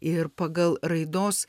ir pagal raidos